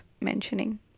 mentioning